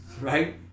right